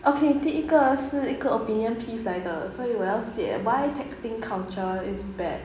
okay 第一个是一个 opinion piece 来的所以我要写 why texting culture is bad